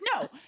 no